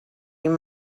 you